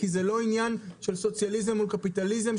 כי זה לא עניין של סוציאליזם או קפיטליזם,